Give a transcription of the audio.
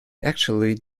actually